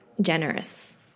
generous